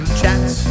chats